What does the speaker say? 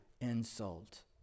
insult